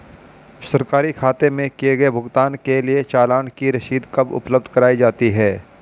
सरकारी खाते में किए गए भुगतान के लिए चालान की रसीद कब उपलब्ध कराईं जाती हैं?